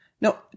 No